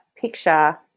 picture